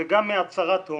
וגם מהצהרת הון.